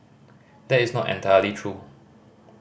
that is not entirely true